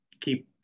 keep